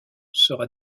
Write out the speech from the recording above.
sera